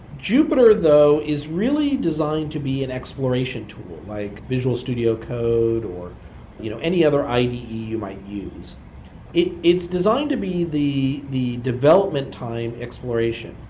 jupiter though is really designed to be an exploration tool, like visual studio code, or you know any other ide you might use it's designed to be the the development time exploration,